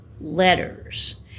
letters